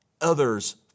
others